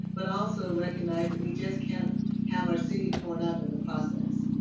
but also recognizing we just cannot have our city torn up in the process.